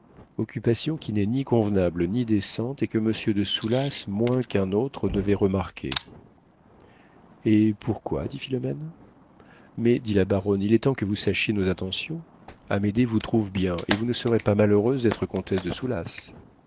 occupation qui n'est ni convenable ni décente et que monsieur de soulas moins qu'un autre devait remarquer eh pourquoi dit philomène mais dit la baronne il est temps que vous sachiez nos intentions amédée vous trouve bien et vous ne serez pas malheureuse d'être comtesse de